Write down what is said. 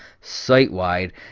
site-wide